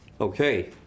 Okay